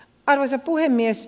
arvoisa puhemies